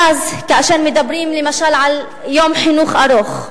ואז, כאשר מדברים למשל על יום חינוך ארוך,